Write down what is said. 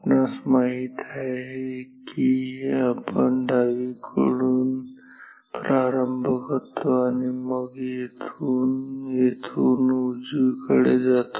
आपणास माहित आहे की आपण अत्यंत डावीकडून प्रारंभ करतो आणि मग येथून येथून उजवीकडे जातो